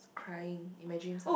crying in my dreams ah